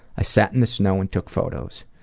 i sat in the snow and took photos.